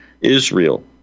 Israel